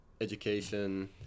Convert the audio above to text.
education